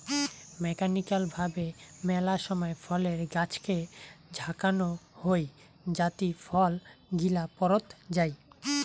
mechanical ভাবে মেলা সময় ফলের গাছকে ঝাঁকানো হই যাতি ফল গিলা পড়ত যাই